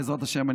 בעזרת השם,